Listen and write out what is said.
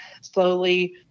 slowly